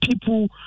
people